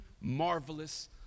marvelous